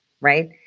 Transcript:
right